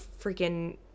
freaking